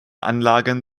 anlagen